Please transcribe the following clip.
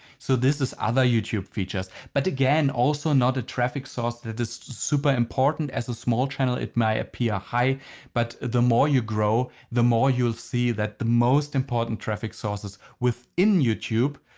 so this is other youtube features. but again also not a traffic source that is super important. as a small channel it might appear high but the more you grow the more you'll see that the most important traffic sources within youtube.